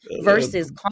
versus